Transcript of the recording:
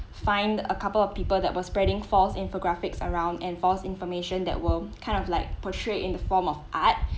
fined a couple of people that were spreading false infographics around and false information that we're kind of like portray in the form of art